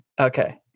okay